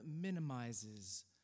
minimizes